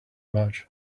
much